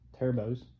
turbos